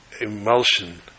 emulsion